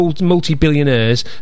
multi-billionaires